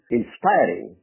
inspiring